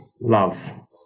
love